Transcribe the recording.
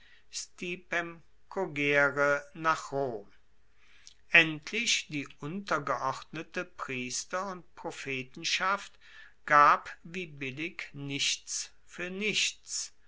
nach rom endlich die untergeordnete priester und prophetenschaft gab wie billig nichts fuer nichts